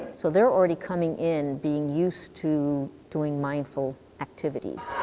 so they're already coming in being used to doing mindful activities.